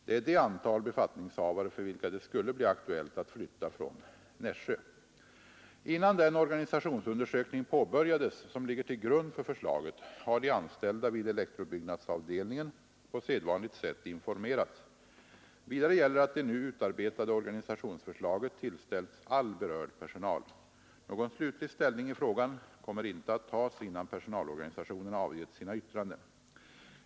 Det är det antal befattningshavare, för vilka det skulle bli aktuellt att flytta från Nässjö. Innan den organisationsundersökning påbörjades som ligger till grund för förslaget har de anställda vid elektrobyggnadsavdelningen på sedvanligt sätt informerats. Vidare gäller att det nu utarbetade organisationsförslaget tillställts all berörd personal. Någon slutlig ställning i frågan kommer inte att tas innan personalorganisationerna avgett sina yttranden.